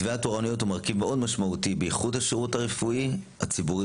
מתווה התורנויות הוא מרכיב משמעותי מאוד בייחוד השירות הרפואי הציבורי